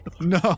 No